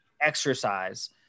exercise